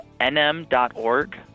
nm.org